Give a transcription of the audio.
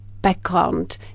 background